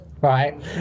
Right